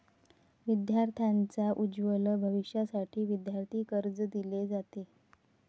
विद्यार्थांच्या उज्ज्वल भविष्यासाठी विद्यार्थी कर्ज दिले जाते